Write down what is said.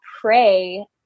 pray